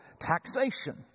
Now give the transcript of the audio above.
taxation